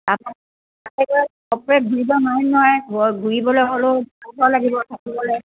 তাৰপৰা নাথাকিলে ফটকৰে ঘূৰিব নোৱাৰিম নহয় ঘৰৰ ঘূৰিবলৈ হ'লেও থাকিব লাগিব থাকিবলৈ